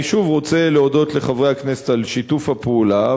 אני שוב רוצה להודות לחברי הכנסת על שיתוף הפעולה,